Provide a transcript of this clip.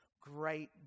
great